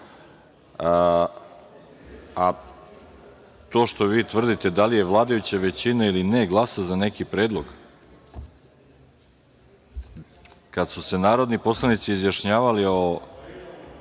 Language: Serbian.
što vi tvrdite da li vladajuća većina ili ne glasa za neki predlog, kada su se narodni poslanici izjašnjavali o